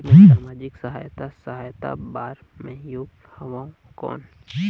मैं समाजिक सहायता सहायता बार मैं योग हवं कौन?